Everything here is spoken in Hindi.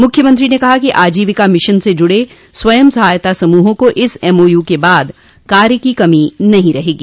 मुख्यमंत्री ने कहा कि आजीविका मिशन से जुड़े स्वयं सहायता समूहों को इस एमओयू के बाद कार्य की कमी नहीं रहेगी